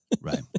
Right